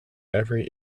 every